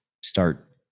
start